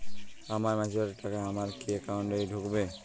আমার ম্যাচুরিটির টাকা আমার কি অ্যাকাউন্ট এই ঢুকবে?